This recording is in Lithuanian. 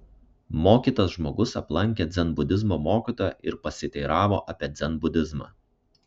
mokytas žmogus aplankė dzenbudizmo mokytoją ir pasiteiravo apie dzenbudizmą